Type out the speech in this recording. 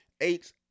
eight